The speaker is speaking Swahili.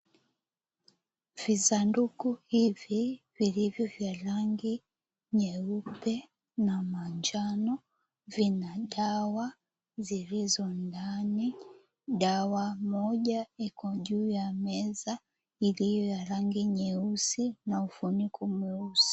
Visanduku hivi vilivyo vya rangi nyeupe na manjano vina dawa zilizo ndani. Dawa moja iko juu ya meza iliyo ya rangi nyeusi na ufuniko mweusi.